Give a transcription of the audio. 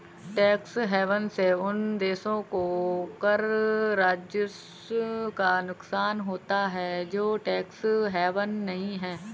tax haven से उन देशों को कर राजस्व का नुकसान होता है जो टैक्स हेवन नहीं हैं